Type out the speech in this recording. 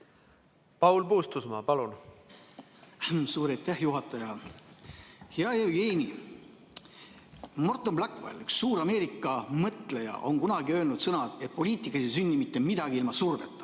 Paul Puustusmaa, palun! Suur aitäh, juhataja! Hea Jevgeni! Morton Blackwell, suur Ameerika mõtleja, on kunagi öelnud, et poliitikas ei sünni mitte midagi ilma surveta.